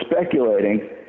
speculating